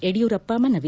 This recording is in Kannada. ಯಡಿಯೂರಪ್ಪ ಮನವಿ